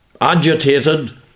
agitated